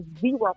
zero